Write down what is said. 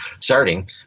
starting